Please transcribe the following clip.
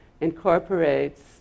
incorporates